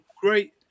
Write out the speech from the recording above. great